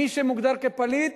מי שמוגדר פליט,